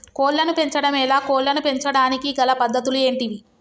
కోళ్లను పెంచడం ఎలా, కోళ్లను పెంచడానికి గల పద్ధతులు ఏంటివి?